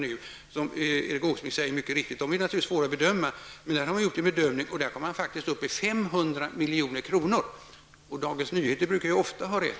De är, som Erik Åsbrink mycket riktigt säger, mycket svåra att bedöma, men man har ändå gjort en bedömning och kommit fram till 500 milj.kr. Dagens Nyheter brukar ofta ha rätt.